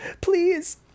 Please